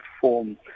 form